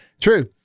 True